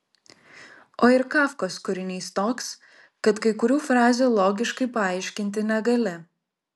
o ir kafkos kūrinys toks kad kai kurių frazių logiškai paaiškinti negali